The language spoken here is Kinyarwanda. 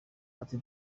ati